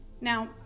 now